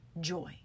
joy